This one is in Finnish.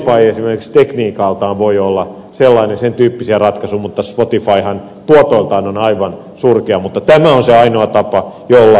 esimerkiksi spotify tekniikaltaan voi olla sen tyyppinen ratkaisu vaikka spotifyhan tuotoiltaan on aivan surkea mutta tämä on se ainoa tapa jolla voidaan edetä